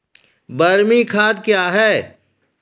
बरमी खाद कया हैं?